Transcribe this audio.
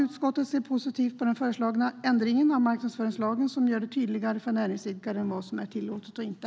Utskottet ser positivt på den föreslagna ändringen av marknadsföringslagen som gör det tydligare för näringsidkaren vad som är tillåtet och inte.